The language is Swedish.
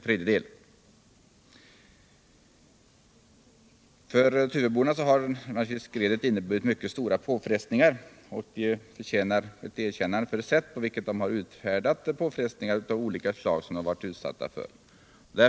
Naturkatastrofen För tuveborna har skredet naturligtvis inneburit mycket stora påfrestningar. De förtjänar vårt erkännande för sitt sätt att uthärda de påfrestningar av olika slag som de varit utsatta för.